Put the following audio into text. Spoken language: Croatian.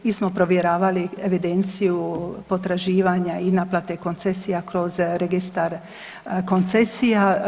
Mi smo provjeravali evidenciju potraživanja i naplate koncesija kroz registar koncesija.